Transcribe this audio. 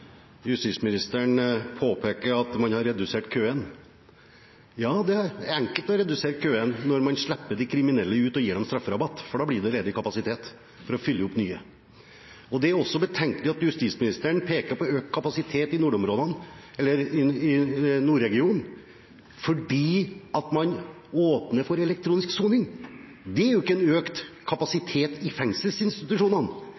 justisministeren påpeker at man har redusert køen. Ja, det er enkelt å redusere køen når man slipper de kriminelle ut og gir dem strafferabatt, for da blir det ledig kapasitet til å fylle opp med nye. Det er også betenkelig at justisministeren peker på økt kapasitet i nordregionen fordi man åpner for elektronisk soning. Det er jo ikke en økt